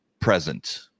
Present